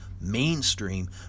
mainstream